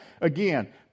Again